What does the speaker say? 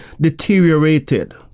deteriorated